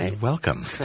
Welcome